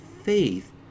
faith